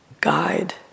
guide